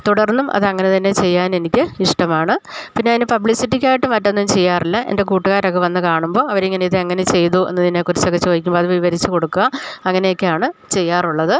തുടർന്നും അതങ്ങനെ തന്നെ ചെയ്യാൻ എനിക്ക് ഇഷ്ടമാണ് പിന്നെ അതിന് പബ്ലിസിറ്റിക്കായിട്ട് മറ്റൊന്നും ചെയ്യാറില്ല എൻ്റെ കൂട്ട്കാരൊക്കെ വന്ന് കാണുമ്പോൾ അവർ ഇങ്ങനെ ഇതെങ്ങനെ ചെയ്തു എന്നതിനെ കുറിച്ചൊക്കെ ചോദിക്കുമ്പോൾ അത് വിവരിച്ച് കൊടുക്കാൻ അങ്ങനെയൊക്കെ ആണ് ചെയ്യാറുള്ളത്